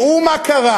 ותראו מה קרה.